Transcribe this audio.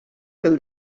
pel